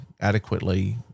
adequately